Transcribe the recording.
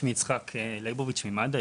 שמי יצחק איצו לייבוביץ ממד"א,